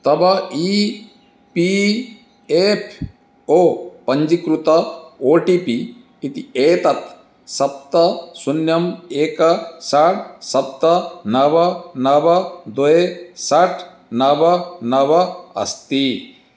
तव E P F O पञ्जीकृतम् O T P इति एतत् सप्त शून्यम् एकं षट् सप्त नव नव द्वे षट् नव नव अस्ति